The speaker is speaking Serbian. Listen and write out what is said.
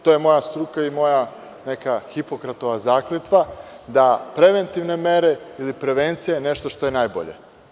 To je moja struka i moja neka Hipokratova zakletva, da preventivne mere ili prevencija je nešto što je najbolje.